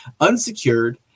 unsecured